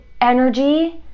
energy